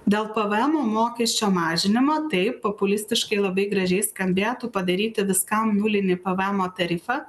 dėl pvmo mokesčio mažinimo taip populistiškai labai gražiai skambėtų padaryti viskam nulinį pvmo tarifą